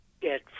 get